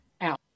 out